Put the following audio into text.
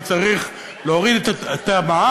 כי צריך להוריד את המע"מ,